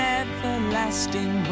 everlasting